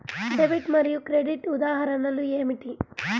Debit మరియు credit ఉదాహరణలు ఏమిటీ?